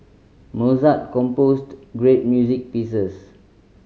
Mozart composed great music pieces